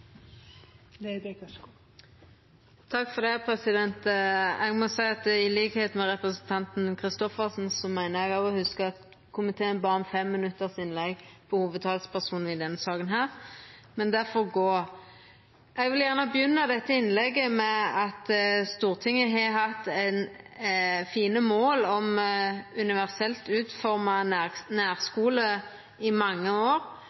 Christoffersen meiner eg å hugsa at komiteen bad om 5 minutts hovudinnlegg i denne saka, men det får gå. Eg vil gjerne starta dette innlegget med at Stortinget har hatt fine mål om ein universelt utforma nærskule i mange år,